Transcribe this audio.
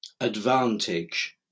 advantage